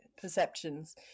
perceptions